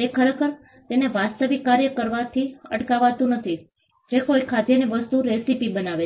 તે ખરેખર તેમને વાસ્તવિક કાર્ય કરવાથી અટકાવતું નથી જે કોઈ ખાદ્ય વસ્તુની રેસીપી બનાવે છે